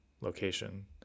location